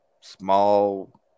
small